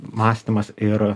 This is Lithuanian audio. mąstymas ir